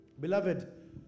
Beloved